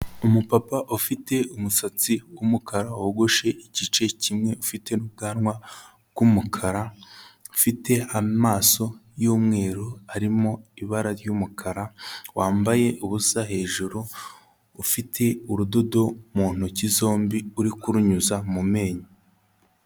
Umupapa ufite umusatsi w'umukara, wogoshe igice kimwe ufite n'ubwanwa bw'umukara, ufite amaso y'umweru arimo ibara ry'umukara, wambaye ubusa hejuru, ufite urudodo mu ntoki zombi uri kurunyuza mu menyo.